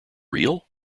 real